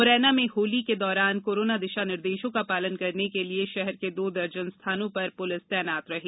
मुरैना में होली के दौरान कोरोना दिशा निर्देशों का पालन कराने के लिए शहर के दो दर्जन स्थानों पर पुलिस तैनात रही